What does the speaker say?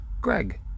Greg